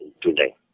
today